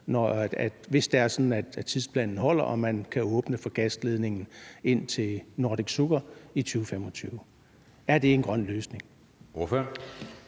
hvis det er sådan, at tidsplanen holder, og man kan åbne for gasledningen ind til Nordic Sugar i 2025. Er det en grøn løsning?